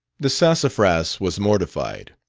the sassafras was mortified.